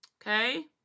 Okay